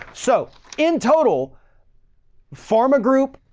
so in total pharma group,